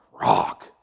rock